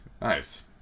nice